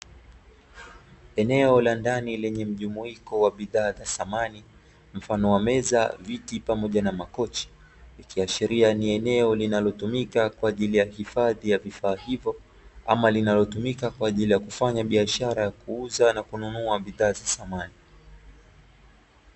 Eneo la ndani lenye mjumuiko wa bidhaa za samani, mfano wa meza, viti pamoja na makochi. Ikiashiria ni eneo linalotumika kwa ajili ya hifadhi ya vifaa hivyo, ama linalotumika kwa ajili ya kufanya biashara ya kuuza na kununua bidhaa za samani.